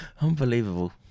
unbelievable